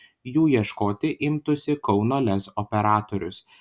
jų ieškoti imtųsi kauno lez operatorius